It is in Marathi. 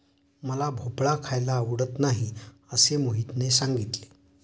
मला भोपळा खायला आवडत नाही असे मोहितने सांगितले